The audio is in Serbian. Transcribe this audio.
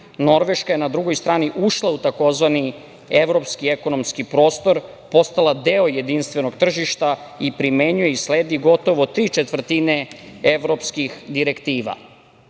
Norveška je na drugoj strani ušla u tzv. evropski ekonomski prostor, postala deo jedinstvenog tržišta i primenjuje i sledi gotovo tri četvrtine evropskih direktiva.